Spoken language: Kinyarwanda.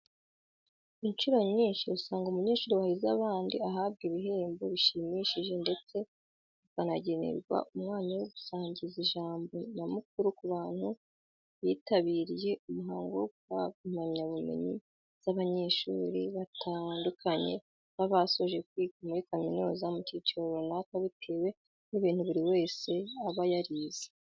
Incuro nyinshi usanga umunyeshuri wahize abandi ahabwa ibihembo bishimishije ndetse akanagenerwa umwanya wo gusangiza ijambo nyamukuru ku bantu bitabiriye umuhango wo guhabwa impamyabumenyi z'abanyeshuri batandukanye baba basoje kwiga muri kaminuza mu cyiciro runaka bitewe n'ibintu buri wese aba yarize.